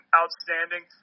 outstanding